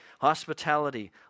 hospitality